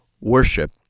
worship